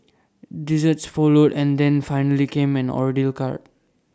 desserts followed and then finally came an ordeal cart